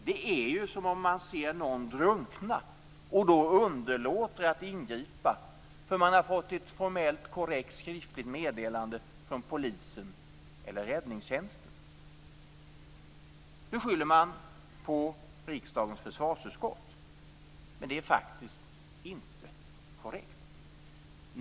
Det är som att man ser någon drunkna och underlåter att ingripa förrän man har fått ett korrekt skriftligt meddelande från polisen eller räddningstjänsten. Man skyller på riksdagens försvarsutskott. Men det är inte korrekt.